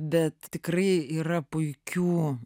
bet tikrai yra puikių